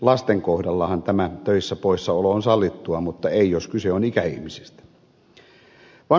lasten kohdallahan tämä töistä poissaolo on sallittua mutta ei jos kyse on ikäihmisistä